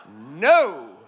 No